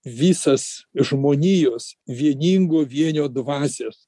visas žmonijos vieningo vienio dvasios